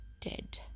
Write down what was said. dead